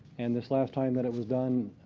and this last time that it was done,